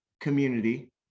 community